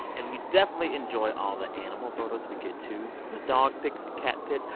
and we definitely enjoy all the animal photos we get, too. the dog pics, the cat pics.